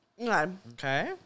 Okay